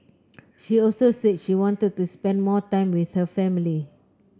she also said she wanted to spend more time with her family